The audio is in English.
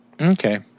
Okay